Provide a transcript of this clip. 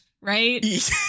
Right